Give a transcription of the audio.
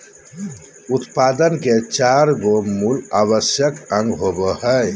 उत्पादन के चार गो मूल आवश्यक अंग होबो हइ